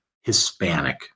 Hispanic